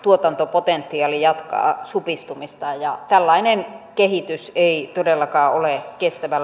tuotantopotentiaali jatkaa supistumistaan ja tällainen kehitys ei todellakaan ole kestävän